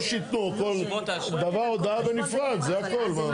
או שייתנו כל דבר הודעה בנפרד, זה הכל, מה?